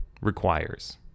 requires